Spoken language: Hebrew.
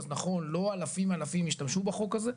אז נכון, לא אלפים-אלפים השתמשו בחוק הזה,